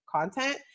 content